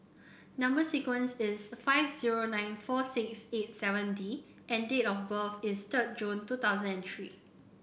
number sequence is S five zero nine four six eight seven D and date of birth is third June two thousand and three